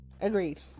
agreed